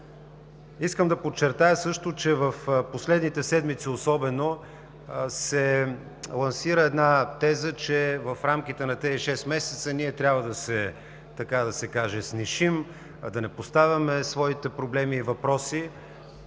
Искам да подчертая също, че в последните седмици особено се лансира една теза, че в рамките на тези шест месеца ние трябва да се снишим, да не поставяме своите проблеми и въпроси.